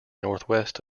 northwest